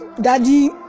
daddy